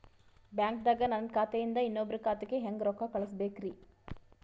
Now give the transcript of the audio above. ಬ್ಯಾಂಕ್ದಾಗ ನನ್ ಖಾತೆ ಇಂದ ಇನ್ನೊಬ್ರ ಖಾತೆಗೆ ಹೆಂಗ್ ರೊಕ್ಕ ಕಳಸಬೇಕ್ರಿ?